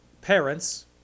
parents